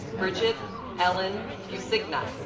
bridget ellen do signa